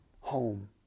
home